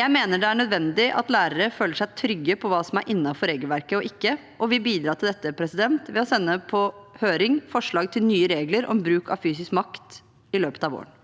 Jeg mener det er nødvendig at lærere føler seg trygge på hva som er innenfor regelverket og ikke, og vil bidra til dette ved å sende på høring forslag til nye regler om bruk av fysisk makt i løpet av våren.